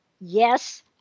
Yes